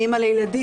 אני אמא לילדים,